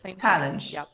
challenge